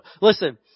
listen